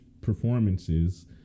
performances